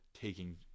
taking